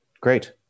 great